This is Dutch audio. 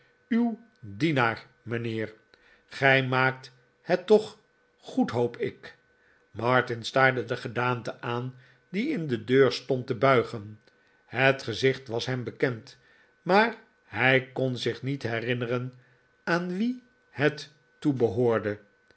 uw dienaar mijnheer gij maakt het toch nog goed hoop ik martin staarde de gedaante aan die in de deur stond te buigen het gezicht was hem bekend maar hij kon zich niet herinneren aan wien het toebehoorde